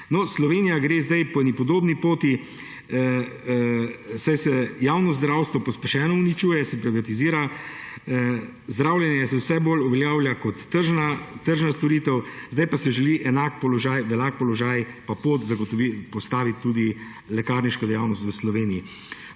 Slovenija gre zdaj po eni podobni poti, saj se javno zdravstvo pospešeno uničuje, se privatizira. Zdravljenje se vse bolj uveljavlja kot tržna storitev, zdaj pa se želi v enak položaj, na isto pot postaviti tudi lekarniško dejavnost v Sloveniji.